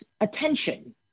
attention